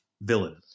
villain